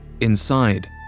Inside